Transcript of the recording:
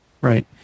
Right